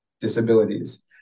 disabilities